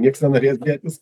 nieks nenorės dėtis